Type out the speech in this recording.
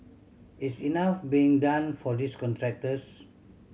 is enough being done for these contractors